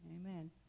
Amen